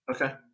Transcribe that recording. Okay